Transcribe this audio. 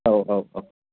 औ औ औ